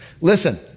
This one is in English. Listen